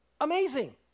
Amazing